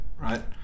Right